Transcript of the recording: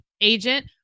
agent